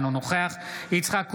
אינו נוכח יצחק קרויזר,